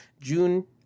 June